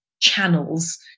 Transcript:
channels